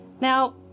Now